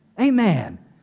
Amen